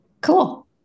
Cool